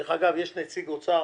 דרך אגב, יש נציג אוצר